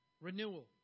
Renewal